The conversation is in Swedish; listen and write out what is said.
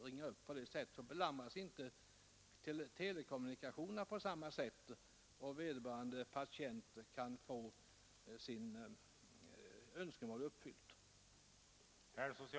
Då belamras inte telekommunikationerna på samma sätt, och patienterna kan få sina önskemål uppfyllda.